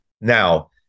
Now